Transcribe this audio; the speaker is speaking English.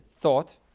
thought